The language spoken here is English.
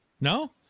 No